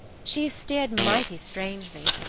she is steered mighty strangely,